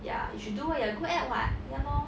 ya you should do what you are good at [what] ya lor